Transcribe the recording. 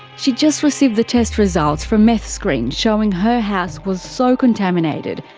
she'd just received the test results from meth screen showing her house was so contaminated,